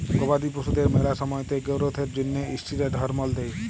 গবাদি পশুদের ম্যালা সময়তে গোরোথ এর জ্যনহে ষ্টিরেড হরমল দেই